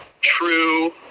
True